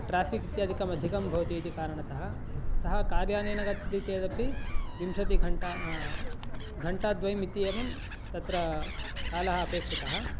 traffic इत्यादिकम् अधिकं भवति इति कारणतः सः कार्यानेन गच्छति चेदपि विंशतिघण्टा घण्टाद्वयम् इति एवं तत्र कालः अपेक्षितः